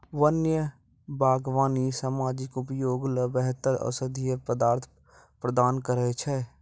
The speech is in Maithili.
वन्य बागबानी सामाजिक उपयोग ल बेहतर औषधीय पदार्थ प्रदान करै छै